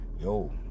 Yo